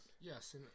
Yes